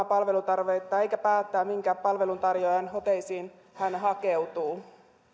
palveluntarvettaan eikä päättää minkä palveluntarjoajan hoteisiin hän hakeutuu